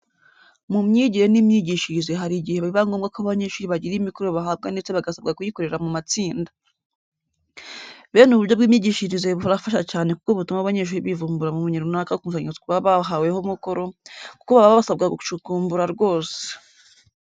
Mu myigire n'imyigishirize hari igihe biba ngombwa ko abanyeshuri bagira imikoro bahabwa ndetse bagasabwa kuyikorera mu matsinda. Bene ubu buryo bw'imyigishirize burafasha cyane kuko butuma abanyeshuri bivumburira ubumenyi runaka ku nsanganyamatsiko baba bahaweho umukoro, kuko baba basabwa gucukumbura rwose.